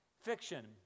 fiction